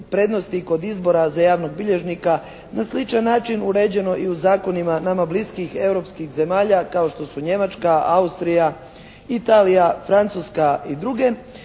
prednosti i kod izbora za javnog bilježnika na sličan način uređeno i u zakonima nama bliskih europskih zemalja kao što su Njemačka, Austrija, Italija, Francuska i druge